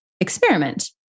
experiment